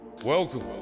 Welcome